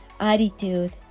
attitude